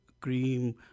cream